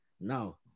now